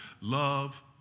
love